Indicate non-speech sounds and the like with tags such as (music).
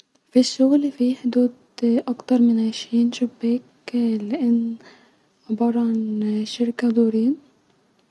في (noise) حدود اكتر من عشرين شباك-لان عباره عن-شركه دورين